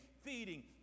Feeding